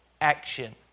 action